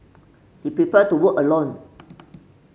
he prefer to work alone